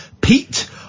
Pete